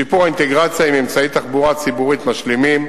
שיפור האינטגרציה עם אמצעי תחבורה ציבורית משלימים,